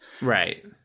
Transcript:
Right